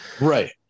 Right